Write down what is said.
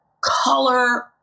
color